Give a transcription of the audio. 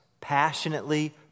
passionately